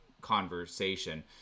conversation